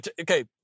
Okay